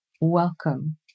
Welcome